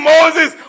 Moses